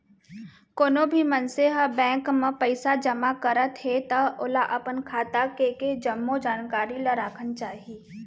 कोनो भी मनसे ह बेंक म पइसा जमा करत हे त ओला अपन खाता के के जम्मो जानकारी ल राखना चाही